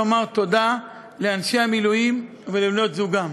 היא לומר תודה לאנשי המילואים ולבנות-זוגם.